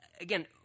again